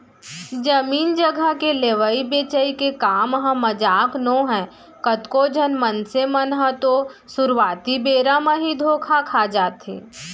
जमीन जघा के लेवई बेचई के काम ह मजाक नोहय कतको झन मनसे मन ह तो सुरुवाती बेरा म ही धोखा खा जाथे